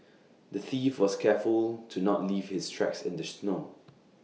the thief was careful to not leave his tracks in the snow